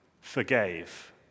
forgave